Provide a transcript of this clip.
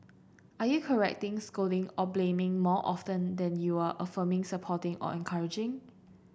are you correcting scolding or blaming more often than you are affirming supporting or encouraging